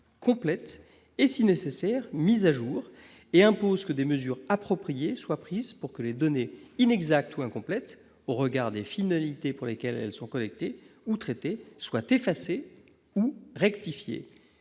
complètes et, si nécessaire, mises à jour ». Il impose en outre que des mesures appropriées soient prises pour que les données inexactes ou incomplètes au regard des finalités pour lesquelles elles sont collectées ou traitées soient effacées ou rectifiées.